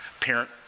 Parent